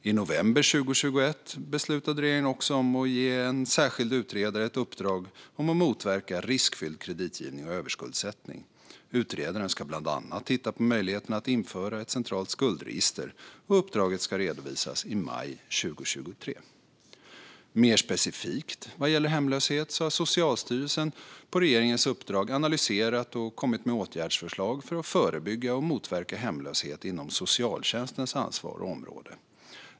I november 2021 beslutade regeringen också om att ge en särskild utredare ett uppdrag om att motverka riskfylld kreditgivning och överskuldsättning. Utredaren ska bland annat titta på möjligheten att införa ett centralt skuldregister. Uppdraget ska redovisas i maj 2023. Mer specifikt vad gäller hemlöshet har Socialstyrelsen på regeringens uppdrag analyserat och kommit med åtgärdsförslag för att förebygga och motverka hemlöshet inom socialtjänstens ansvar och område.